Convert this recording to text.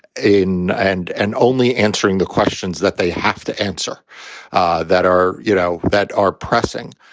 in and and only answering the questions that they have to answer ah that are, you know, that are pressing.